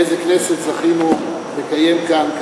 איזו כנסת זכינו לקיים כאן,